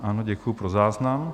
Ano, děkuji, pro záznam.